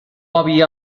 había